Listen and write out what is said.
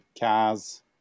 cars